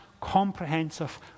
comprehensive